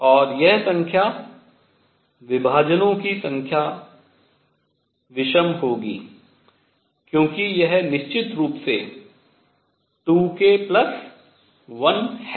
और यह संख्या विभाजनों की संख्या विषम होगी क्योंकि यह निश्चित रूप से 2 k 1 है